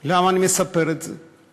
למה אני מספר את זה?